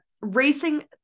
racing